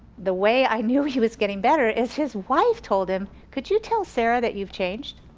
the way i knew he was getting better is his wife told him, could you tell sara that you've changed.